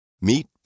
Meet